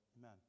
Amen